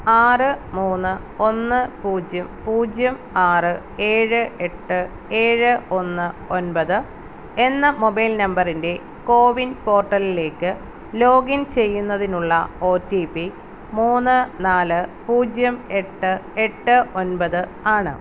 ആറ് മൂന്ന് ഒന്ന് പൂജ്യം പൂജ്യം ആറ് ഏഴ് എട്ട് ഏഴ് ഒന്ന് ഒൻപത് എന്ന മൊബൈൽ നമ്പറിൻ്റെ കോവിൻ പോർട്ടലിലേക്ക് ലോഗിൻ ചെയ്യുന്നതിനുള്ള ഒ ടി പി മൂന്ന് നാല് പൂജ്യം എട്ട് എട്ട് ഒൻപത് ആണ്